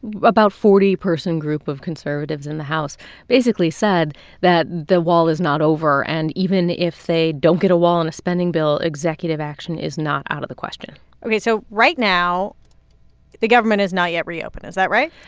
about forty person group of conservatives in the house basically said that the wall is not over. and even if they don't get a wall on a spending bill, executive action is not out of the question ok. so right now the government is not yet reopened. is that right?